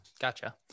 gotcha